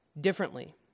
differently